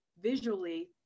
Visually